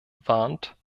warnt